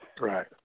Right